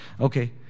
Okay